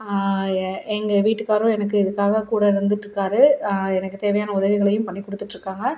எ எங்க வீட்டுக்காரரும் எனக்கு இதுக்காக கூட இருந்துட்டிருக்கார் எனக்கு தேவையான உதவிகளையும் பண்ணி கொடுத்துட்ருக்காங்க